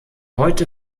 heute